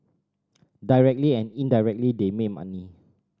directly and indirectly they made money